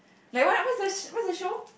like what what's that sh~ what's the show